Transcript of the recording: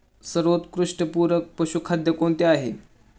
सर्वोत्कृष्ट पूरक पशुखाद्य कोणते आहे?